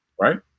Right